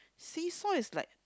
seesaw is like